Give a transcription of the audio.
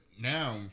now